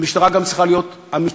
3. המשטרה גם צריכה להיות אמיצה,